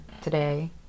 today